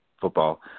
football